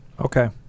okay